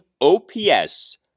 OPS